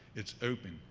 it's open,